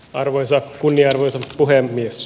arvoisa kunnianarvoisa puhemies